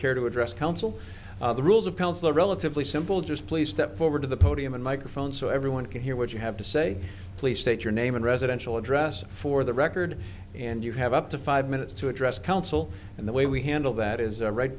care to address council the rules of council or relatively simple just please step forward to the podium and microphone so everyone can hear what you have to say please state your name and residential address for the record and you have up to five minutes to address council and the way we handle that is right